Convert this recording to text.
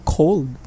cold